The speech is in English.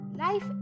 Life